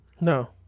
No